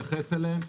להתייחס אליהם.